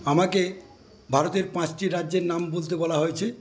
আমাকে ভারতের পাঁচটি রাজ্যের নাম বলতে বলা হয়েছে